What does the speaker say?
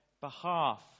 behalf